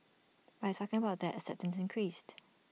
by talking about that acceptance increased